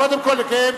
קודם כול נקיים,